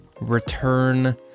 return